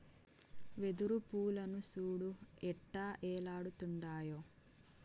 వెదురు పూలను సూడు ఎట్టా ఏలాడుతుండాయో